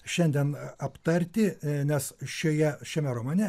šiandien aptarti nes šioje šiame romane